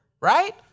Right